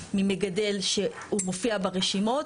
באה ממגדל שהוא מופיע ברשימות.